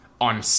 on